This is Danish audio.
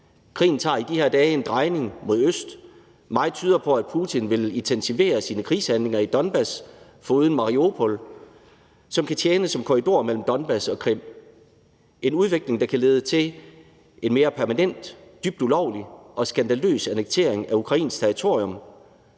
Krigen tager i de her dage en drejning mod øst. Meget tyder på, at Putin vil intensivere sine krigshandlinger i Donbas foruden Mariupol, som kan tjene som en korridor mellem Donbas og Krim – en udvikling, der kan lede til en mere permanent, dybt ulovlig og skandaløs annektering af ukrainsk territorium.